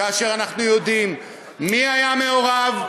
כאשר אנחנו יודעים מי היה מעורב,